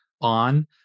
on